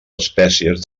espècies